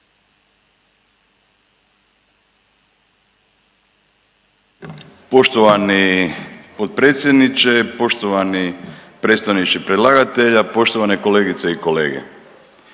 Poštovani potpredsjedniče, poštovana predstavnice predlagatelja, kolegice i kolege.